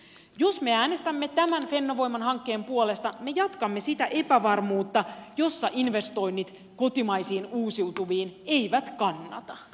jos me äänestämme tämän fennovoiman hankkeen puolesta me jatkamme sitä epävarmuutta jossa investoinnit kotimaisiin uusiutuviin eivät kannata